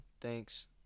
thanks